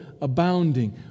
abounding